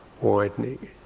widening